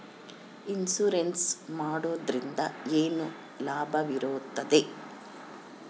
Insurance ಮಾಡೋದ್ರಿಂದ ಏನು ಲಾಭವಿರುತ್ತದೆ?